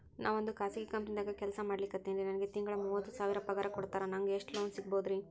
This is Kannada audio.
ನಾವೊಂದು ಖಾಸಗಿ ಕಂಪನಿದಾಗ ಕೆಲ್ಸ ಮಾಡ್ಲಿಕತ್ತಿನ್ರಿ, ನನಗೆ ತಿಂಗಳ ಮೂವತ್ತು ಸಾವಿರ ಪಗಾರ್ ಕೊಡ್ತಾರ, ನಂಗ್ ಎಷ್ಟು ಲೋನ್ ಸಿಗಬೋದ ರಿ?